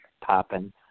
popping